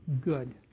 good